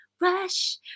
Rush